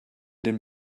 den